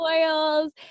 oils